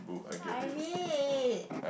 I read